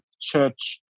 church